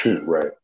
Right